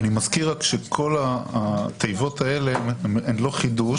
אני רק מזכיר שכל התיבות האלה הן לא חידוש.